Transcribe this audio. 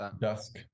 Dusk